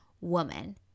woman